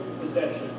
possession